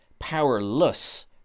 powerless